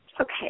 Okay